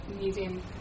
museum